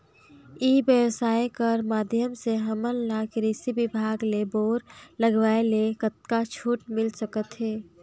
ई व्यवसाय कर माध्यम से हमन ला कृषि विभाग ले बोर लगवाए ले कतका छूट मिल सकत हे?